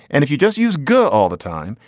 and if you just use good all the time,